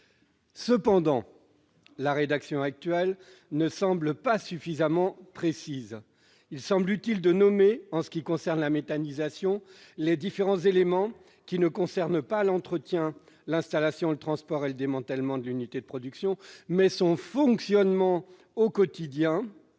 Cependant, la rédaction actuelle ne me semble pas suffisamment précise. Il semble utile de nommer, en ce qui concerne la méthanisation, les différents éléments qui concernent non pas l'entretien, l'installation, le transport et le démantèlement de l'unité de production, mais son fonctionnement quotidien,